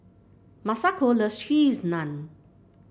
Masako loves Cheese Naan